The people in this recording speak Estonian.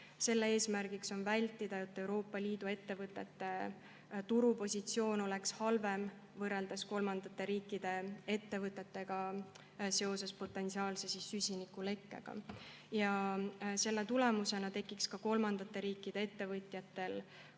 Selle eesmärk on vältida seda, et Euroopa Liidu ettevõtete turupositsioon oleks halvem kui kolmandate riikide ettevõtetel seoses potentsiaalse süsinikulekkega. Selle tulemusena tekiks ka kolmandate riikide ettevõtjatel